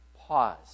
Pause